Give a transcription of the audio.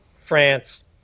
France